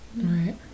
right